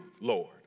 Lord